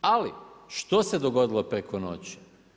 Ali, što se dogodilo preko noći?